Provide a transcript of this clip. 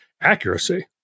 accuracy